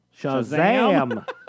Shazam